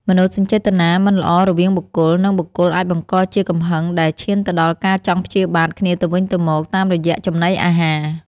មនោសញ្ចេតនាមិនល្អរវាងបុគ្គល និងបុគ្គលអាចបង្កជាកំហឹងដែលឈានទៅដល់ការចង់ព្យាបាទគ្នាទៅវិញទៅមកតាមរយៈចំណីអាហារ។